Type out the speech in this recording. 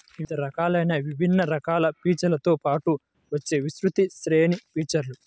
వివిధ రకాలైన విభిన్న రకాల ఫీచర్లతో పాటు వచ్చే విస్తృత శ్రేణి ఫీచర్లు